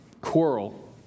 quarrel